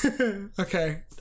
Okay